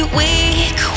weak